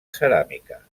ceràmica